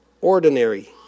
Ordinary